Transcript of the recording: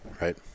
Right